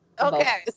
Okay